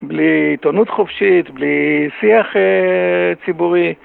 בלי עיתונות חופשית, בלי שיח ציבורי.